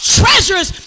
treasures